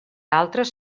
altres